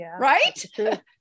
Right